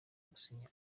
gusinya